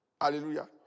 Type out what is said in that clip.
Hallelujah